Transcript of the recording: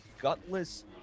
gutless